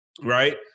right